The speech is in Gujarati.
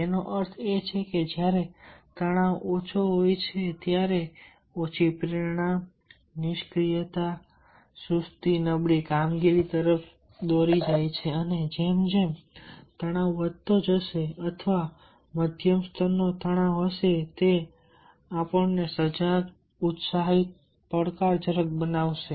તેનો અર્થ એ છે કે જ્યારે તણાવ ઓછો હોય છે ત્યારે ઓછી પ્રેરણા નિષ્ક્રિયતા એ સુસ્તી નબળી કામગીરી તરફ દોરી જાય છે અને જેમ જેમ તણાવ વધતો જશે અથવા મધ્યમ સ્તરનો તણાવ હશે તે આપણને સજાગ ઉત્સાહિત પડકારજનક બનાવે છે